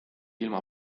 ilma